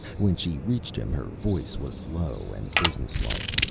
when she reached him, her voice was low and businesslike.